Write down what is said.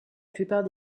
plupart